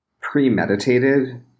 premeditated